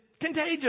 contagious